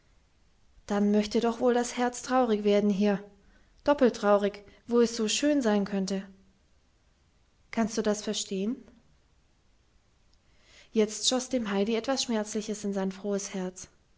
dann möchte doch wohl das herz traurig werden hier doppelt traurig wo es so schön sein könnte kannst du das verstehen jetzt schoß dem heidi etwas schmerzliches in sein frohes herz